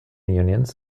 unions